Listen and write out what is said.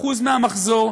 אחוז מהמחזור,